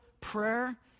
prayer